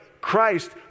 Christ